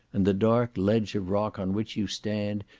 and the dark ledge of rock on which you stand,